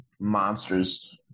monsters